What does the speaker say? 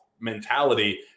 mentality